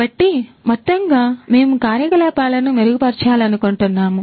కాబట్టి మొత్తంగా మేము కార్యకలాపాలను మెరుగుపరచాలనుకుంటున్నాము